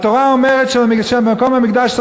התורה אומרת שמקום המקדש,